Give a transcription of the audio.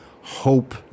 hope